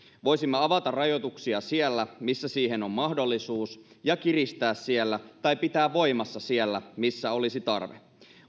voisimme avata rajoituksia siellä missä siihen on mahdollisuus ja kiristää siellä tai pitää voimassa siellä missä olisi tarve